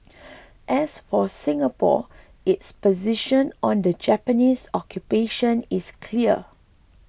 as for Singapore its position on the Japanese occupation is clear